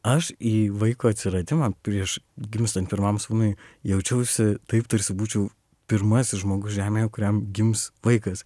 aš į vaiko atsiradimą prieš gimstant pirmam sūnui jaučiausi taip tarsi būčiau pirmasis žmogus žemėje kuriam gims vaikas